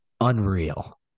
unreal